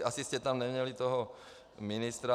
Asi jste tam neměli toho ministra.